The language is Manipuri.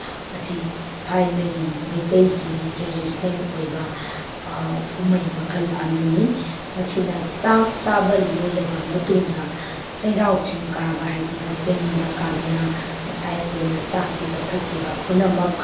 ꯑꯁꯤ ꯊꯥꯏꯅꯒꯤ ꯃꯩꯇꯩꯁꯤꯡꯒꯤ ꯇ꯭ꯔꯦꯗꯤꯁꯅꯦꯜ ꯑꯣꯏꯕ ꯀꯨꯝꯍꯩ ꯃꯈꯜ ꯑꯃꯅꯤ ꯃꯁꯤꯅ ꯆꯥꯛ ꯆꯥꯕ ꯂꯣꯏꯔꯕ ꯃꯇꯨꯡꯗ ꯆꯩꯔꯥꯎ ꯆꯤꯡ ꯀꯥꯕ ꯍꯥꯏꯗꯅ ꯆꯤꯡꯗ ꯀꯥꯗꯨꯅ ꯉꯁꯥꯏ ꯑꯩꯈꯣꯏꯅ ꯆꯥꯈꯤꯕ ꯊꯛꯈꯤꯕ ꯄꯨꯝꯅꯃꯛ